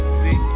see